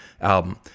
album